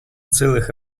целых